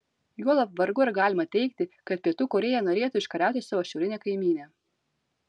juolab vargu ar galima teigti kad pietų korėja norėtų užkariauti savo šiaurinę kaimynę